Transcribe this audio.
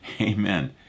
Amen